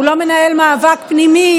הוא לא מנהל מאבק פנימי,